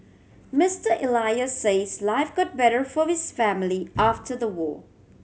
Mister Elias says life got better for his family after the war